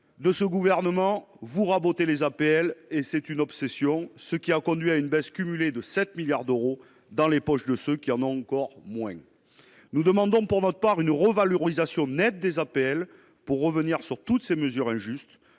de ce gouvernement, vous rabotez les APL et c'est une obsession, ce qui a conduit à une baisse cumulée de 7 milliards d'euros dans les poches de ceux qui en ont encore moins nous demandons pour notre part une revalorisation nette des APL pour revenir sur toutes ces mesures injustes,